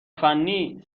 فنی